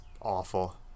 awful